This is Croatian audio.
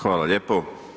Hvala lijepo.